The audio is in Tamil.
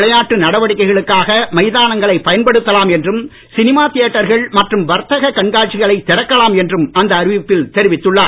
விளையாட்டு நடவடிக்கைகளுக்காக கர்க் மைதானங்களை பயன்படுத்தலாம் என்றும் சினிமா தியேட்டர்கள் மற்றும் வர்த்தக கண்காட்சிகளை திறக்கலாம் என்றும் அந்த அறிவிப்பில் தெரிவித்துள்ளார்